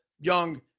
young